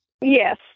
yes